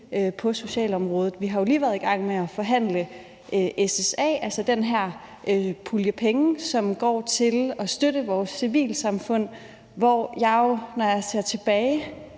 på socialområdet. Vi har jo lige været i gang med at forhandle SSA-reserven, altså den her pulje penge, som går til at støtte vores civilsamfund, og når jeg ser tilbage,